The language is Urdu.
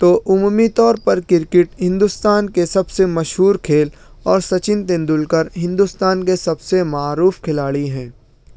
تو عمومی طور پر کرکٹ ہندوستان کے سب سے مشہور کھیل اور سچن تندولکر ہندوستان کے سب سے معروف کھلاڑی ہیں